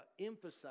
emphasize